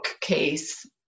case